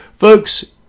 Folks